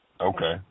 Okay